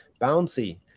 bouncy